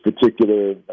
particular